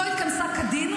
היא לא התכנסה כדין,